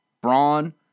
brawn